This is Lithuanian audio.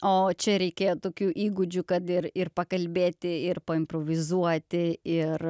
o čia reikėjo tokių įgūdžių kad ir ir pakalbėti ir paimprovizuoti ir